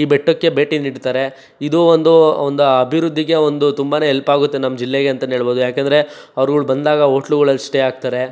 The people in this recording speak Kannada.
ಈ ಬೆಟ್ಟಕ್ಕೆ ಭೇಟಿ ನೀಡ್ತಾರೆ ಇದು ಒಂದು ಒಂದು ಅಭಿವೃದ್ಧಿಗೆ ಒಂದು ತುಂಬನೇ ಹೆಲ್ಪಾಗುತ್ತೆ ನಮ್ಮ ಜಿಲ್ಲೆಗೆ ಅಂತಲೇ ಹೇಳಬಹುದು ಯಾಕೆಂದ್ರೆ ಅವರುಗಳು ಬಂದಾಗ ಹೋಟ್ಲುಗಳಲ್ಲಿ ಸ್ಟೇ ಆಗ್ತಾರೆ